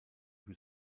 who